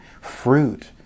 fruit